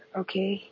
okay